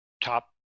top